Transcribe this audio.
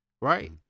Right